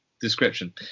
description